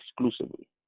exclusively